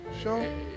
show